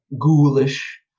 ghoulish